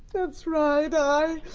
that's right, i